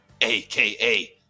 aka